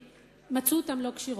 שמצאו אותן לא כשירות.